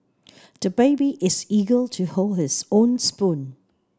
the baby is eager to hold his own spoon